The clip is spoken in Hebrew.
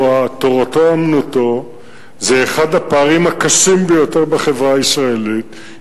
או "תורתו אומנותו" זה אחד הפערים הקשים ביותר בחברה הישראלית.